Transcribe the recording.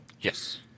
Yes